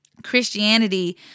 Christianity